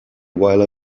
while